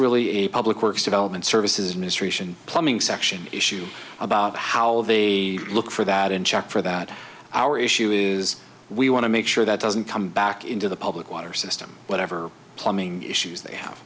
really a public works development services mr asian plumbing section issue about how they look for that and check for that power issue is we want to make sure that doesn't come back into the public water system whatever plumbing issues they have